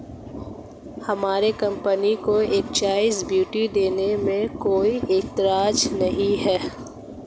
हमारी कंपनी को excise duty देने में कोई एतराज नहीं है